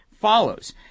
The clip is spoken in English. follows